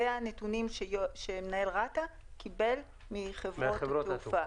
אלה הנתונים שמנהל רת"א קיבל מחברות התעופה.